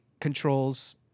controls